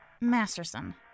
Masterson